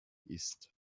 ist